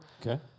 Okay